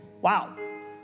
Wow